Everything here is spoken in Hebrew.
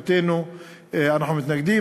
אומנם אנחנו מתנגדים,